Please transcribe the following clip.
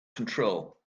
control